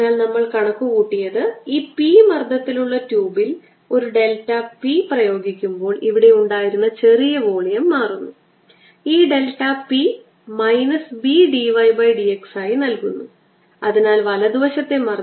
അതിനാൽ ഞാൻ ഈ ചെറിയ r നെ ക്യാപിറ്റൽ R ഉപയോഗിച്ച് മാറ്റിസ്ഥാപിക്കും ഈ ചെറിയ r നീക്കംചെയ്യുക ക്യാപിറ്റൽ R ഉപയോഗിച്ച് മാറ്റിസ്ഥാപിക്കുക കാരണം നമ്മൾ ആരം ക്യാപിറ്റൽ R